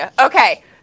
Okay